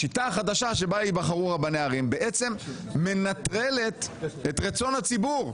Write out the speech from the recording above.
השיטה החדשה שבה ייבחרו רבני ערים בעצם מנטרלת את רצון הציבור.